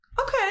Okay